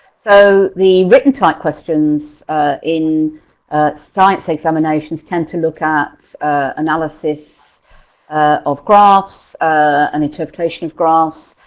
so the written type questions in science examinations tend to look at analysis of graphs and interpretation of graphs.